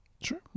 Sure